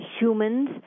humans